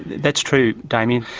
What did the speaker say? that's true, damien.